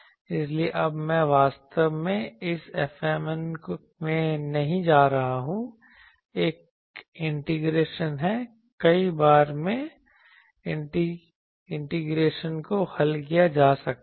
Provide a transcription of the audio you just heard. इसलिए अब मैं वास्तव में इस Fmn में नहीं जा रहा हूं एक इंटीग्रेशन है कई बार में इंटीग्रेशन को हल किया जा सकता है